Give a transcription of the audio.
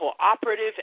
Cooperative